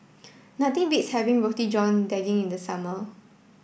nothing beats having Roti John Daging in the summer